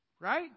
Right